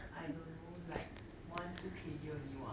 I don't know like one two K_G only what